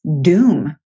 doom